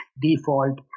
default